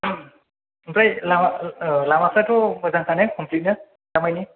ओमफ्राय लामा लामाफ्राथ' मोजांखा ने खमप्लिटनो दामायनि